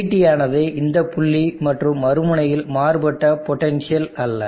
vT ஆனது இந்த புள்ளி மற்றும் மறுமுனையில் மாறுபட்ட பொட்டன்ஷியல் அல்ல